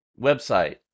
Website